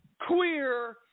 queer